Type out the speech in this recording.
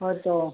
ᱦᱚᱭᱛᱚ